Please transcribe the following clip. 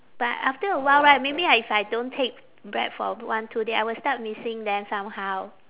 but after a while right maybe I if I don't take bread for one two day I will start missing them somehow